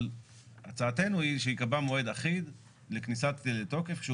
אבל הצעתנו היא שייקבע מועד אחיד לכניסה לתוקף.